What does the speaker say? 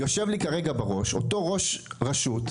יושב לי כרגע בראש אותו ראש רשות,